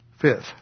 Fifth